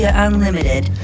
Unlimited